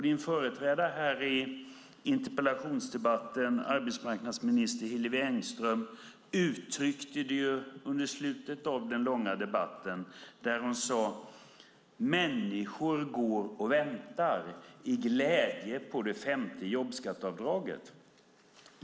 Din företrädare här i interpellationsdebatten, arbetsmarknadsminister Hillevi Engström, sade i slutet av den långa debatten att människor går med glädje och väntar på det femte jobbskatteavdraget.